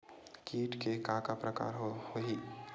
कीट के का का प्रकार हो होही?